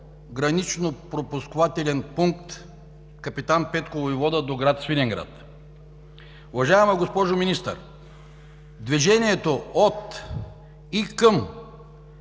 гранично-пропускателен пункт „Капитан Петко Войвода“ до град Свиленград. Уважаема госпожо Министър, движението от и към